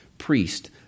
priest